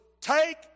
take